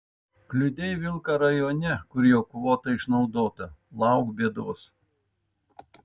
kliudei vilką rajone kur jau kvota išnaudota lauk bėdos